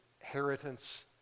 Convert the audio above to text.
inheritance